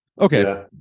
Okay